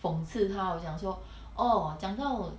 讽刺他我讲说 oh 讲到